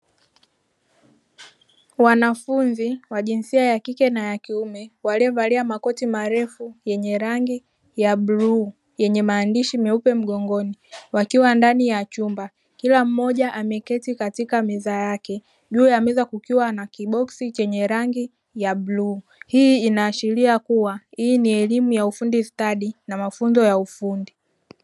Wanafunzi wa jinsia ya kike na ya kiume waliovalia makoti marefu yenye rangi ya bluu yenye maandishi meupe mgongoni wakiwa ndani ya chumba kila mmoja ameketi katika meza yake juu ya meza kukiwa na kiboksi chenye rangi ya bluu ,hii inaashiria kuwa hii ni elimu ya ufundi stadi na mafunzo ya ufundi.